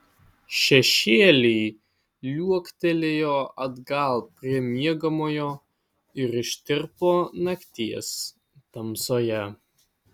šešėliai liuoktelėjo atgal prie miegamojo ir ištirpo nakties tamsoje